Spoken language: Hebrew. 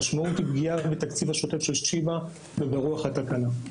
המשמעות היא פגיעה בתקציב השוטף של שיבא וברוח התקנה.